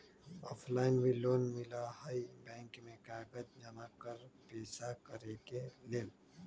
Offline भी loan मिलहई bank में कागज जमाकर पेशा करेके लेल?